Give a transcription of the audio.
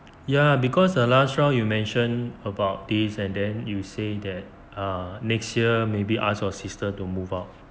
ya because uh last round you mention about this and then you say that err next year maybe ask for your sister to move out